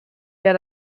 der